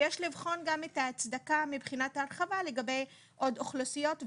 ויש לבחון גם את ההצדקה מבחינת ההרחבה לגבי עוד אוכלוסיות,